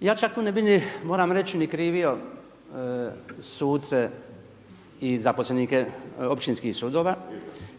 Ja čak tu ne bi ni, moram reći, ni krivio suce i zaposlenike općinskih sudova.